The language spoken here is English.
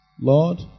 Lord